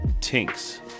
tinks